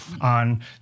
on